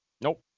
Nope